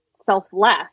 selfless